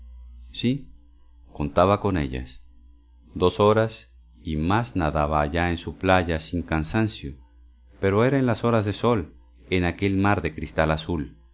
sí contaba con ellas dos horas y más nadaba allá en su playa sin cansancio pero era en las horas de sol en aquel mar de cristal azul